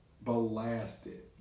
Blasted